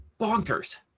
bonkers